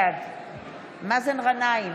בעד מאזן גנאים,